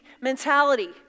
mentality